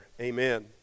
Amen